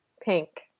Pink